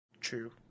True